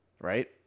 right